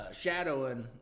shadowing